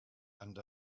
and